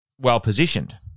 well-positioned